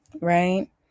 right